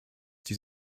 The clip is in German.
die